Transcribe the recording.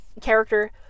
character